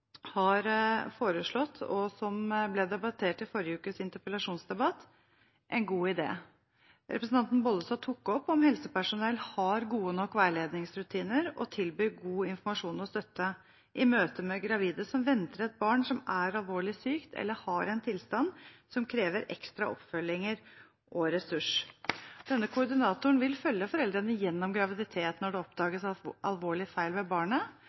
har foreslått, og som ble debattert i forrige ukes interpellasjonsdebatt, en god idé. Representanten Bollestad tok opp om helsepersonell har gode nok veiledningsrutiner og tilbyr god informasjon og støtte i møte med gravide som venter et barn som er alvorlig sykt eller har en tilstand som krever ekstra oppfølging og ressurser. Denne koordinatoren vil følge foreldrene gjennom graviditeten når det oppdages en alvorlig feil ved barnet,